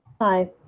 hi